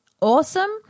Awesome